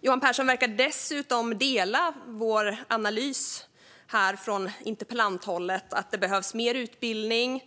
Johan Pehrson verkar dessutom dela vår analys från interpellanthållet om att det behövs mer utbildning.